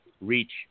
reach